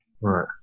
Right